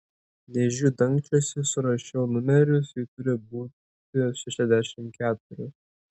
dėžių dangčiuose surašiau numerius jų turi būti šešiasdešimt keturios